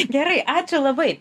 gerai ačiū labai